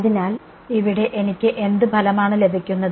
അതിനാൽ ഇവിടെ എനിക്ക് എന്ത് ഫലമാണ് ലഭിക്കുന്നത്